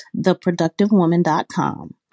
theproductivewoman.com